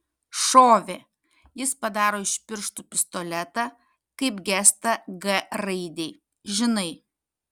šovė jis padaro iš pirštų pistoletą kaip gestą g raidei žinai